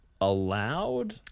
allowed